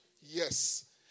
Yes